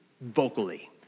vocally